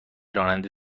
راننده